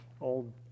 old